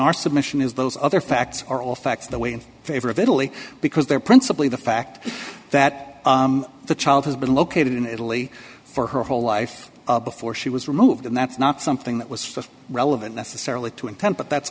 our submission is those other facts are all facts the way in favor of italy because they're principally the fact that the child has been located in italy for her whole life before she was removed and that's not something that was relevant necessarily to intent but that's